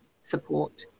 support